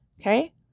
Okay